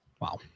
Wow